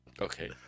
okay